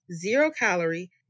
zero-calorie